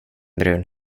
brun